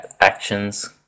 actions